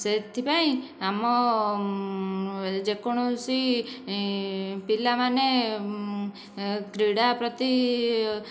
ସେଥିପାଇଁ ଆମ ଯେକୌଣସି ପିଲାମାନେ କ୍ରୀଡ଼ା ପ୍ରତି